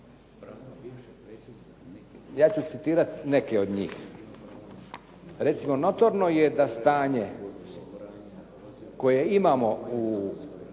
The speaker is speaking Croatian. ja ću citirati neke od njih. Recimo, notorno je da stanje koje imamo u